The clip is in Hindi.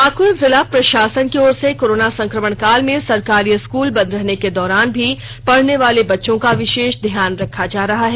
पाकुड़ जिला प्रशासन की ओर से कोरोना संक्रमण काल में सरकारी स्कूल बंद रहने के दौरान भी पढ़ने वाले बच्चों का विषेष ध्यान रखा जा रहा है